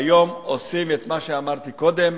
והיום הם עושים את מה שאמרתי קודם